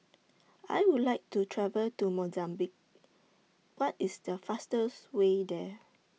I Would like to travel to Mozambique What IS The fastest Way There